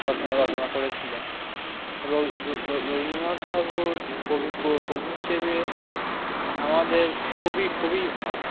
তাছাড়াও রচনা করেছিলেন রবীন্দ্রনাথ ঠাকুর কবি কবি হিসেবে আমাদের খুবই খুবই ভালো